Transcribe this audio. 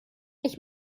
ich